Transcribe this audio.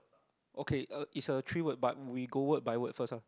okay uh is a three word but we go word by word first ah